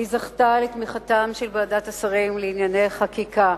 והיא זכתה לתמיכתה של ועדת השרים לענייני חקיקה.